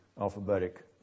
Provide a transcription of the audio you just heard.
alphabetic